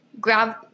grab